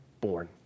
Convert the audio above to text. born